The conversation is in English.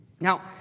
Now